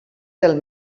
del